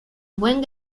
buen